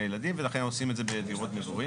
ילדים ולכן עושים את זה בדירות מגורים.